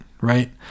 right